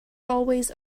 always